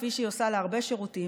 כפי שהיא עושה להרבה שירותים,